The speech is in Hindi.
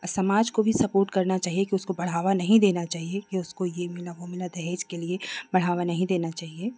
आ समाज को भी सपोर्ट करना चाहिए कि उसको बढ़ावा नहीं देना चाहिए कि उसको ये मिला वह मिला दहेज के लिए बढ़ावा नहीं देना चाहिए